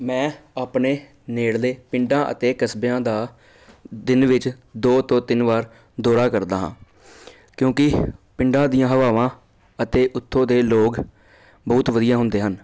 ਮੈਂ ਆਪਣੇ ਨੇੜਲੇ ਪਿੰਡਾਂ ਅਤੇ ਕਸਬਿਆਂ ਦਾ ਦਿਨ ਵਿੱਚ ਦੋ ਤੋਂ ਤਿੰਨ ਵਾਰ ਦੌਰਾ ਕਰਦਾ ਹਾਂ ਕਿਉਂਕਿ ਪਿੰਡਾਂ ਦੀਆਂ ਹਵਾਵਾਂ ਅਤੇ ਉੱਥੋਂ ਦੇ ਲੋਕ ਬਹੁਤ ਵਧੀਆ ਹੁੰਦੇ ਹਨ